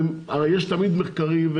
יש תמיד מחקרים,